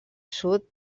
sud